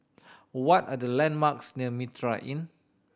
what are the landmarks near Mitraa Inn